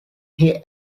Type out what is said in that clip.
hear